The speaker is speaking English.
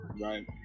Right